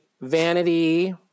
vanity